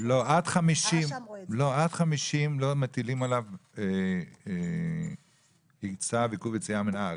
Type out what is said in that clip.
לא, עד 50 לא מטילים עליו צו עיכוב יציאה מן הארץ,